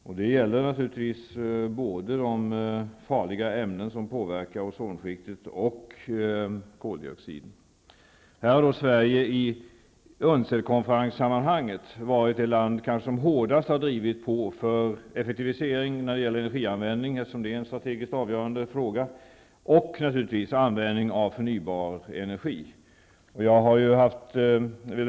Regleringarna och förbuden gäller både de farliga ämnen som påverkar ozonskiktet och koldioxiden. Sverige har i samband med UNCED varit det land som kanske hårdast har drivit på för effektiviseringar när det gäller energianvändningen, eftersom det är en strategiskt avgörande fråga, och när det gäller användningen av förnybar energi.